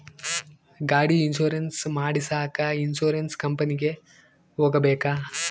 ಗಾಡಿ ಇನ್ಸುರೆನ್ಸ್ ಮಾಡಸಾಕ ಇನ್ಸುರೆನ್ಸ್ ಕಂಪನಿಗೆ ಹೋಗಬೇಕಾ?